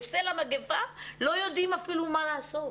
בצל המגיפה לא יודעים אפילו מה לעשות.